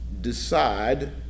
decide